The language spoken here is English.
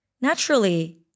naturally